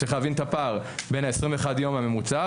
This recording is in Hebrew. צריך להבין את הפער בין 21 יום בממוצע,